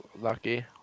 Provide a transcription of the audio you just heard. Lucky